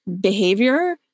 behavior